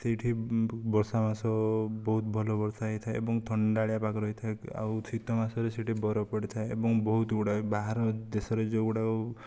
ସେଇଠି ବର୍ଷା ମାସ ବହୁତ ଭଲ ବର୍ଷା ହୋଇଥାଏ ଏବଂ ଥଣ୍ଡାଳିଆ ପାଗ ରହିଥାଏ ଆଉ ଶୀତ ମାସରେ ସେଇଠି ବରଫ ପଡ଼ିଥାଏ ଏବଂ ବହୁତ ଗୁଡ଼ାଏ ବାହାର ଦେଶରେ ଯେଉଁ ଗୁଡ଼ାକୁ